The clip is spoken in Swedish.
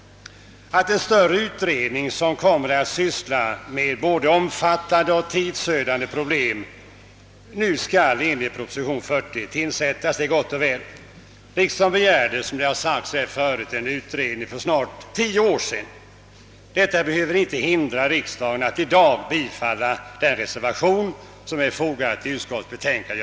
Att en stor utredning, som kommer att syssla med både omfattande och tidsödande problem, nu skall tillsättas enligt proposition nr 40 är gott och väl. Riksdagen begärde, som tidigare har nämnts, för snart tio år sedan en utredning. Denna utredning behöver dock inte hindra riksdagen från att i dag bifalla den reservation som är fogad till utskottets betänkande.